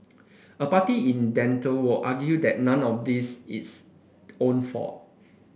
a party in dental would argue that none of this is own fault